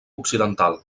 occidental